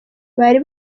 bari